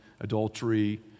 adultery